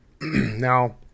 now